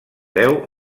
deu